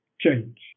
change